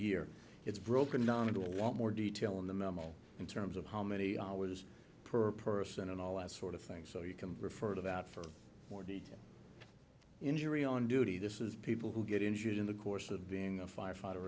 year it's broken down into a lot more detail in the memo in terms of how many i was per person and all that sort of thing so you can refer to that for more detail injury on duty this is people who get injured in the course of being a firefighter